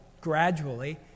gradually